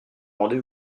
rendez